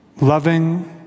loving